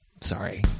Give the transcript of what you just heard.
sorry